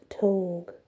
tongue